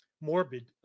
morbid